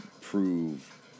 prove